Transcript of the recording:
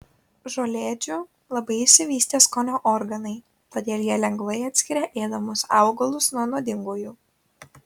žolėdžių labai išsivystę skonio organai todėl jie lengvai atskiria ėdamus augalus nuo nuodingųjų